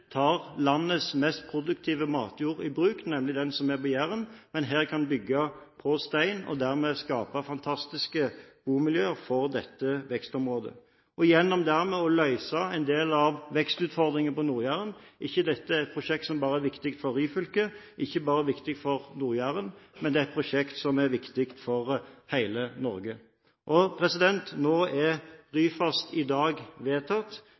tar landets mest produktive matjord i bruk, nemlig den som er på Jæren, men at man kan bygge på områder med stein og dermed skape fantastiske bomiljøer for dette vekstområdet. Ved dermed å løse noen av vekstutfordringene på Nord-Jæren er ikke dette prosjektet bare viktig for Ryfylke, ikke bare viktig for Nord-Jæren, men et prosjekt som er viktig for hele Norge. Nå blir Ryfast vedtatt i dag.